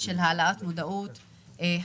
העיר מודיעין,